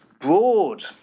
broad